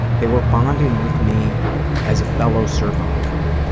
they were bonding with me as a fellow survivor.